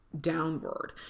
downward